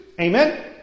Amen